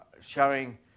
showing